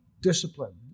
discipline